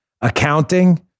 accounting